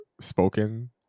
spoken